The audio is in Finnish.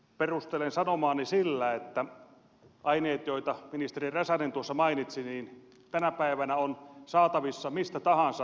perustelen sanomaani sillä että aineet joita ministeri räsänen tuossa mainitsi ovat tänä päivänä saatavissa mistä tahansa kaupasta